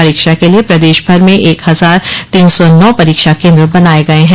परीक्षा के लिए प्रदेशभर में एक हजार तीन सौ नौ परीक्षा केंद्र बनाए गए हैं